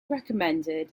recommended